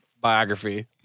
biography